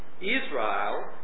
Israel